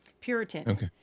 Puritans